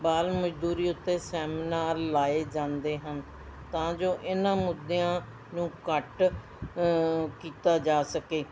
ਬਾਲ ਮਜ਼ਦੂਰੀ ਉੱਤੇ ਸੈਮੀਨਾਰ ਲਾਏ ਜਾਂਦੇ ਹਨ ਤਾਂ ਜੋ ਇਹਨਾਂ ਮੁੱਦਿਆਂ ਨੂੰ ਘੱਟ ਕੀਤਾ ਜਾ ਸਕੇ